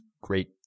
great